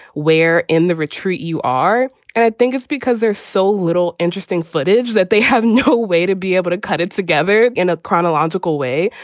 where? in the retreat you are and i think it's because there's so little interesting footage that they have no way to be able to cut it together in a chronological way.